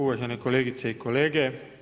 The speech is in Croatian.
Uvažene kolegice i kolege.